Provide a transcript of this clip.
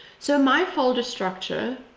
so, my folder structure